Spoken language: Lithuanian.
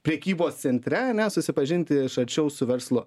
prekybos centre ane susipažinti iš arčiau su verslu